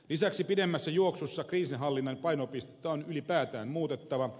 lisäksi pidemmässä juoksussa kriisinhallinnan painopistettä on ylipäätään muutettava